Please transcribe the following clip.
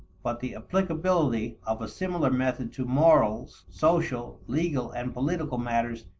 but the applicability of a similar method to morals, social, legal, and political matters,